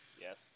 Yes